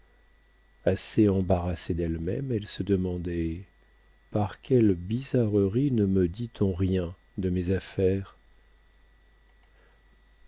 assez embarrassée d'elle-même elle se demandait par quelle bizarrerie ne me dit-on rien de mes affaires